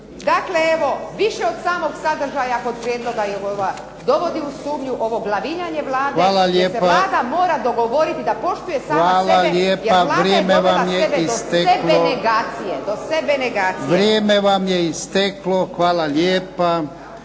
Dakle, evo više od samog sadržaja kod prijedloga dovodi u sumnju ovo glavinjanje Vlade da se Vlada mora dogovoriti da poštuje samu sebe jer Vlada je dovela sebe do sebenegacije, do sebenegacije.